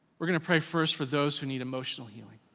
we're gonna pray first for those who need emotional healing.